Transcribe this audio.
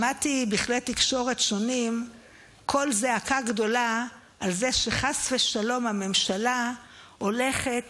שמעתי בכלי תקשורת שונים קול זעקה גדולה על זה שחס ושלום הממשלה הולכת